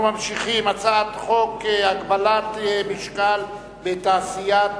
אנחנו ממשיכים בהצעת חוק הגבלת משקל בתעשיית